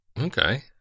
Okay